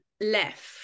left